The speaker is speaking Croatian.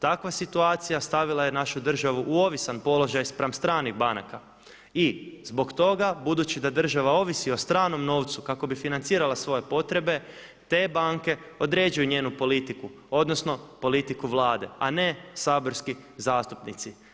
Takva situacija je stavila našu državu u ovisan položaj pram stranih banaka i zbog toga budući da država ovisi o stranom novcu kako bi financirala svoje potrebe te banke određuju njenu politiku odnosno politiku Vlade, a ne saborski zastupnici.